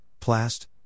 plast